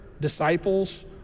disciples